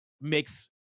makes